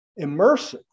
immersive